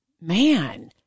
man